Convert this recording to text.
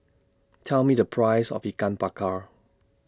Tell Me The Price of Ikan Bakar